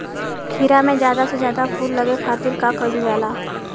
खीरा मे ज्यादा से ज्यादा फूल लगे खातीर का कईल जाला?